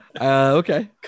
okay